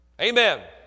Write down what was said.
Amen